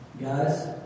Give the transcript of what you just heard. guys